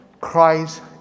Christ